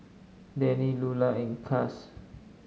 Dannie Lular and Cass